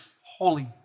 holy